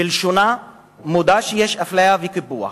בלשונה מודה שיש אפליה וקיפוח,